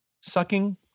sucking